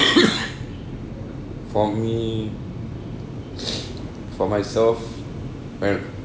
for me for myself my